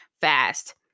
fast